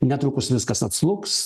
netrukus viskas atslūgs